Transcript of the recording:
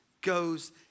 goes